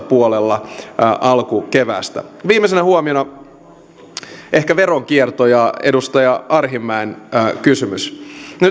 puolella alkukeväästä viimeisenä huomiona ehkä veronkierto ja edustaja arhinmäen kysymys